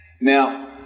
Now